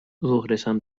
ظهرشم